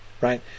right